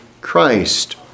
Christ